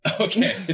Okay